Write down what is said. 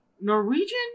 Norwegian